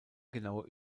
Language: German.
genaue